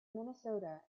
minnesota